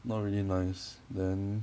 not really nice then